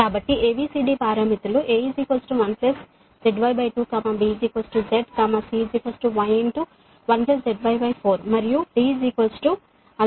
కాబట్టి ABCD పారామితులు A 1 ZY 2 B Z C Y 1 ZY 4 మరియు D againA 1 ZY 2